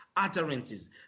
utterances